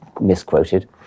misquoted